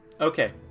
Okay